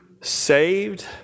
saved